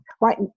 Right